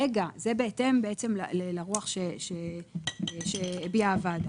זה בהתאם לרוח שהביעה הוועדה.